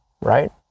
right